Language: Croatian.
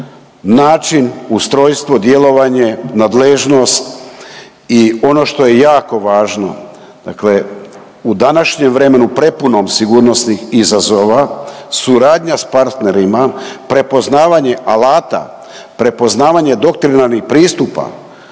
način, ustrojstvo, djelovanje, nadležnost i ono što je jako važno, dakle u današnjem vremenu prepunom sigurnosnih izazova suradnja sa partnerima, prepoznavanje alata, prepoznavanje doktrinarnih pristupa,